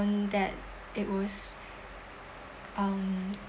that it was um